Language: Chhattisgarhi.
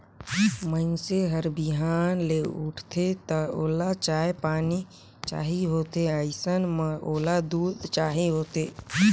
मइनसे हर बिहनहा ले उठथे त ओला चाय पानी चाही होथे अइसन म ओला दूद चाही होथे